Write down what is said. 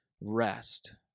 rest